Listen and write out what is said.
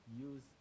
use